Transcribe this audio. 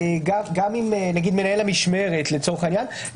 מנהל המשמרת לצורך העניין,